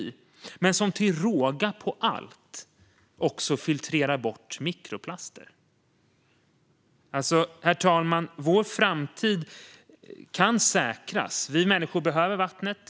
Till råga på allt filtrerar den också bort mikroplaster. Herr talman! Vi människor behöver vattnet.